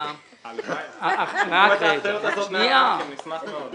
הלוואי, אני אשמח מאוד.